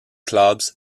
clubs